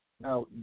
Now